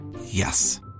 Yes